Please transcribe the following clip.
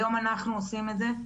היום אנחנו עושים את זה.